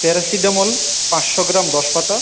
paracetamol পাঁচশো gram দশ পাতা